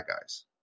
guys